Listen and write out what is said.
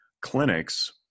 clinics